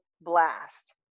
blast